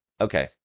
Okay